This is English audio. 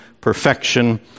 perfection